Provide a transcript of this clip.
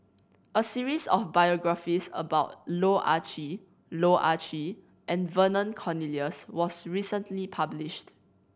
a series of biographies about Loh Ah Chee Loh Ah Chee and Vernon Cornelius was recently published